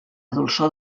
dolçor